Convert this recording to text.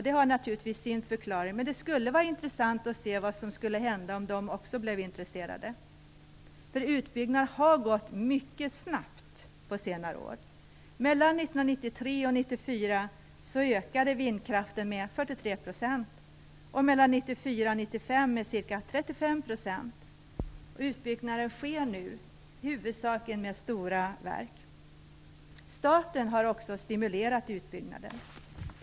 Det har naturligtvis sin förklaring, men det skulle vara intressant att se vad som skulle hända om de också blev intresserade. Utbyggnaden har gått mycket snabbt på senare år. och mellan 1994 och 1995 med ca 35 %. Den utbyggnad som sker nu avser huvudsakligen stora verk. Staten har också stimulerat utbyggnaden.